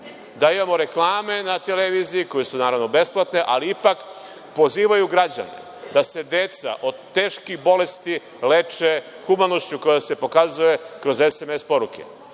da imamo reklame na televiziji, koje su naravno besplatne, ali ipak pozivaju građane da se deca od teških bolesti leče humanošću koja se pokazuje kroz sms poruke,